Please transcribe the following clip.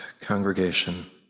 congregation